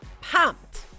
pumped